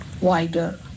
wider